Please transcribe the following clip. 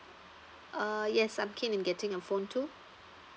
uh yes I'm keen in getting a phone too